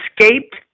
escaped